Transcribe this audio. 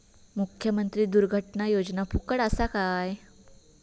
मुख्यमंत्री दुर्घटना योजना फुकट असा काय?